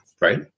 right